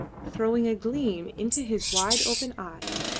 throwing a gleam into his wide-open eyes,